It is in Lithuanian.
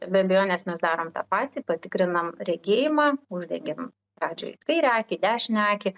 be abejonės mes darom tą patį patikrinam regėjimą uždengiam pradžioj kairę akį dešinę akį